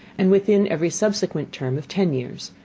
and within every subsequent term of ten years,